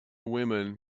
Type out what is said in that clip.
women